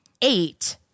eight